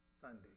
Sunday